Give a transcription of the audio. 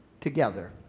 together